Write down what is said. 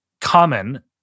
common